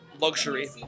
luxury